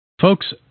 Folks